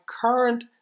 current